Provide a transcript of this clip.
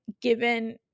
given